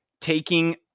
taking